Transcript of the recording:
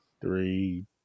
three